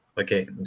Okay